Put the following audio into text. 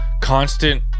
constant